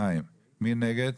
2. מי נגד?